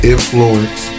Influence